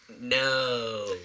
No